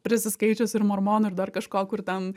prisiskaičius ir mormonų ir dar kažko kur ten